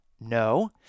No